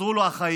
חזרו לו החיים.